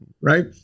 right